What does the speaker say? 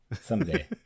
Someday